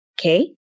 okay